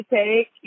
take